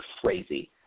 crazy